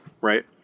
right